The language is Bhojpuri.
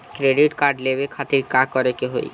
क्रेडिट कार्ड लेवे खातिर का करे के होई?